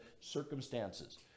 circumstances